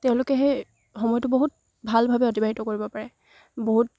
তেওঁলোকে সেই সময়টো বহুত ভালভাৱে অতিবাহিত কৰিব পাৰে বহুত